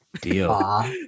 deal